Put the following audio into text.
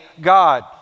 God